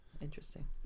interesting